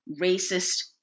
racist